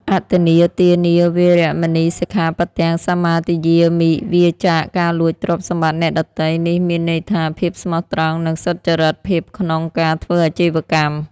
អទិន្នាទានា វេរមណី សិក្ខាបទំ សមាទិយាមិ វៀរចាកការលួចទ្រព្យសម្បត្តិអ្នកដទៃ នេះមានន័យថា ភាពស្មោះត្រង់ និងសុចរិតភាពក្នុងការធ្វើអាជីវកម្ម។